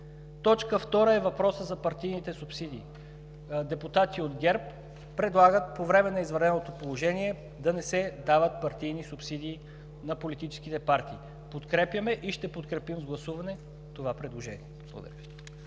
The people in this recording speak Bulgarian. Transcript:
Точка втора е въпросът за партийните субсидии. Депутати от ГЕРБ предлагат по време на извънредното положение да не се дават партийни субсидии на политическите партии. Подкрепяме и ще подкрепим с гласуване това предложение.